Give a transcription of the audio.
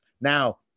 Now